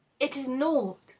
it is naught,